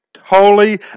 holy